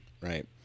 right